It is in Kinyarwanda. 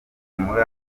muri